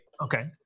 okay